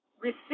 Receive